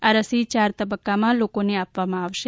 આ રસી ચાર તબક્કામાં લોકોને આપવામાં આવશે